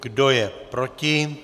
Kdo je proti?